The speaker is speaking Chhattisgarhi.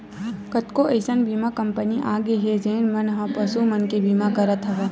कतको अइसन बीमा कंपनी आगे हे जेन मन ह पसु मन के बीमा करत हवय